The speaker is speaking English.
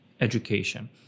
education